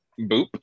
Boop